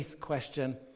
question